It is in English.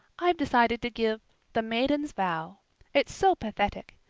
i've decided to give the maiden's vow it's so pathetic.